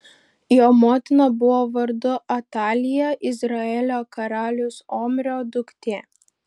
jo motina buvo vardu atalija izraelio karaliaus omrio duktė